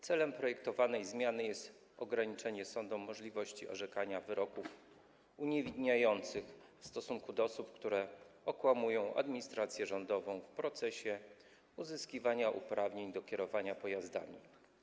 Celem projektowanej zmiany jest ograniczenie sądom możliwości orzekania wyroków uniewinniających w stosunku do osób, które okłamują administrację rządową w procesie uzyskiwania uprawnień do kierowania pojazdami.